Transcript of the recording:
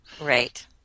Right